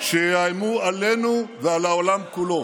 שיאיימו עלינו ועל העולם כולו.